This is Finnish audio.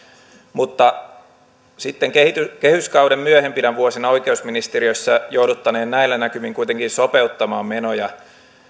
mutta kehyskauden myöhempinä vuosina oikeusministeriössä jouduttaneen näillä näkymin kuitenkin sopeuttamaan menoja